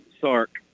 Sark